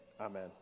Amen